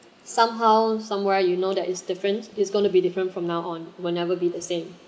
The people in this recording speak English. somehow somewhere you know there is difference is going to be different from now on will never be the same